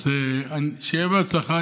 שיהיה בהצלחה.